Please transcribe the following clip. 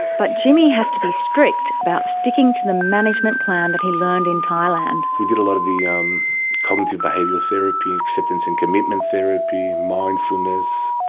but jimmy has to be strict about sticking to the management plan that he learned in thailand. we did a lot of the um cognitive behavioural therapy, acceptance and commitment therapy, mindfulness,